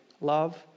love